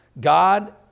God